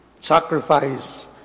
Sacrifice